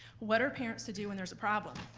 what are parents to do when there's a problem?